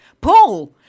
Paul